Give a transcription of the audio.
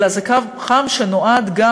אלא זה קו חם שנועד גם,